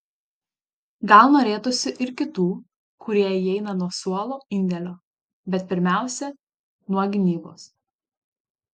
gal norėtųsi ir kitų kurie įeina nuo suolo indėlio bet pirmiausia nuo gynybos